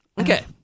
Okay